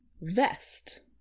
vest